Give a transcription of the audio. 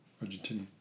Argentina